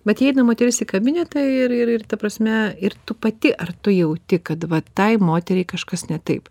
vat įeina moteris į kabinetą ir ir ir ta prasme ir tu pati ar tu jauti kad vat tai moteriai kažkas ne taip